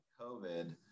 COVID